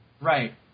Right